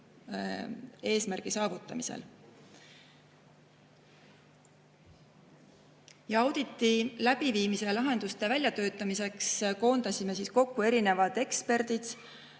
eesmärgi saavutamisele. Auditi läbiviimiseks ja lahenduste väljatöötamiseks koondasime kokku erinevad eksperdid